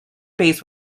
base